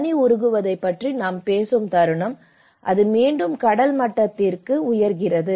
பனி உருகுவதைப் பற்றி நாம் பேசும் தருணம் அது மீண்டும் கடல் மட்டத்திற்கு உயர்கிறது